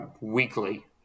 weekly